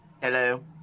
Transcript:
Hello